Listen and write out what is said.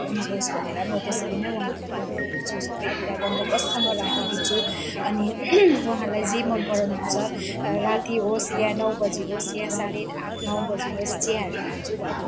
नहोस् भनेर म त्यसरी नै उहाँहरूलाई व्यवहार सबै कुरा बन्दोबस्तसँग राखिदिन्छु अनि उहाँहरूलाई जे मन पराउनुहुन्छ राति होस् या नौ बजी होस् या साढे आठ नौ बजी होस् चियाहरू खान्छु भने पनि